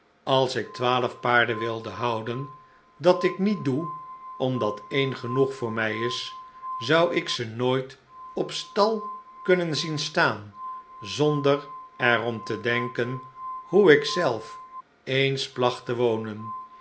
als ik twaalf paarden wilde houden dat ik niet doe omdat een genoeg voor mij is zou ik ze nooit op stal kunnen zien staan zonder er om te denken hoe ik zelf eens placht te wonen